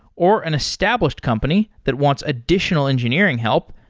or an established company that wants additional engineering help,